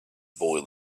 boy